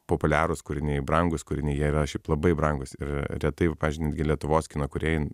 populiarūs kūriniai brangūs kūriniai jie yra šiaip labai brangūs ir retai va pavyzdžiui netgi lietuvos kino kūrėjai